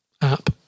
app